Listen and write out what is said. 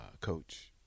Coach